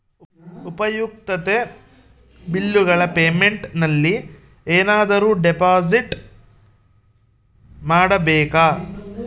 ಉಪಯುಕ್ತತೆ ಬಿಲ್ಲುಗಳ ಪೇಮೆಂಟ್ ನಲ್ಲಿ ಏನಾದರೂ ಡಿಪಾಸಿಟ್ ಮಾಡಬೇಕಾ?